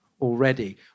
already